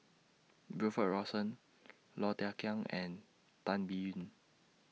Wilfed Lawson Low Thia Khiang and Tan Biyun